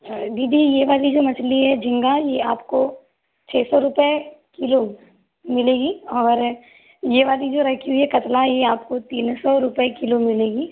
अच्छा दीदी ये वाली जो मछली है झींगा ये आपको छः सौ रुपये किलो मिलेगी और ये वाली जो रखी हुई है कतला ये आपको तीन सौ रुपये किलो मिलेगी